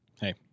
Hey